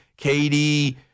KD